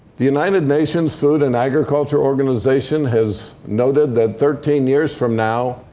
the united nations food and agriculture organization has noted that thirteen years from now,